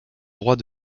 droit